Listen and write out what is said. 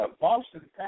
Boston